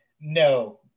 No